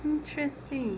interesting